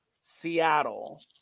Seattle